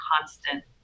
constant